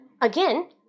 Again